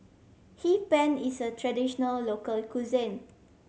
Hee Pan is a traditional local cuisine